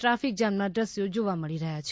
traffic જામના દશ્યો જોવા મળી રહ્યા છે